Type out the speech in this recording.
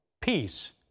Peace